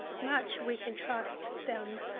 much we can trust them.